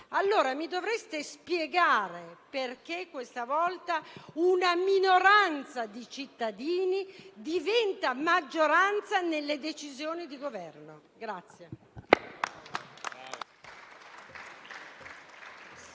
Mi dovreste allora spiegare perché questa volta una minoranza di cittadini diventa maggioranza nelle decisioni di Governo. *(Applausi